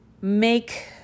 make